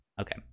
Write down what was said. okay